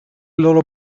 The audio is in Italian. loro